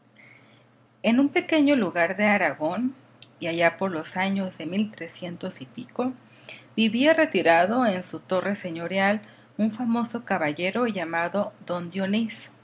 en un pequeño lugar de aragón y allá por los años de mil trescientos y pico vivía retirado en su torre señorial un famoso caballero llamado don dionís